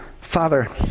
Father